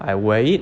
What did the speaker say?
I wear it